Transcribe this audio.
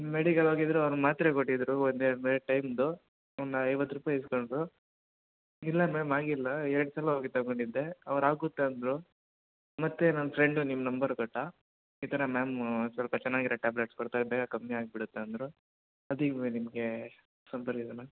medical ಹೋಗಿದ್ರು ಅವ್ರು ಮಾತ್ರೆ ಕೊಟ್ಟಿದ್ದರು ಒಂದು ಎರಡು ಟೈಮ್ದು ಆಮೇಲೆ ಐವತ್ತು ರುಪಾಯಿ ಈಸ್ಕೊಂಡ್ರು ಇಲ್ಲ ಮ್ಯಾಮ್ ಆಗಿಲ್ಲ ಎರಡು ಸಲ ಹೋಗಿ ತೊಗೊಂಡಿದ್ದೆ ಅವ್ರು ಆಗುತ್ತೆ ಅಂದರು ಮತ್ತೆ ನನ್ನ ಫ್ರೆಂಡ ನಿಮ್ಮ ನಂಬರ್ ಕೊಟ್ಟ ಈ ಥರ ಮ್ಯಾಮು ಸ್ವಲ್ಪ ಚೆನ್ನಾಗಿರೋ ಟ್ಯಾಬ್ಲೆಟ್ಸ್ ಕೊಡ್ತಾರೆ ಬೇಗ ಕಮ್ಮಿ ಆಗಿಬಿಡುತ್ತೆ ಅಂದರು ಮತ್ತೆ ಈಗ ನಿಮಗೆ ಮ್ಯಾಮ್